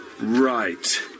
Right